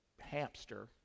hamster